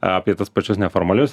apie tuos pačius neformalius